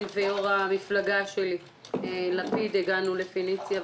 ויושב-ראש המפלגה שלי לפיד הגענו לפניציה.